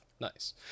nice